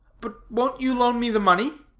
but won't you loan me the money?